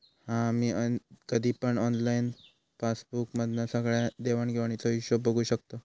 हा आम्ही कधी पण ऑनलाईन पासबुक मधना सगळ्या देवाण घेवाणीचो हिशोब बघू शकताव